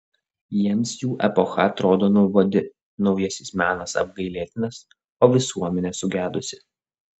jiems jų epocha atrodo nuobodi naujasis menas apgailėtinas o visuomenė sugedusi